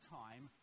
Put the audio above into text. time